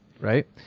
right